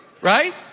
right